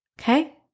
Okay